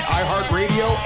iHeartRadio